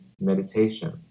meditation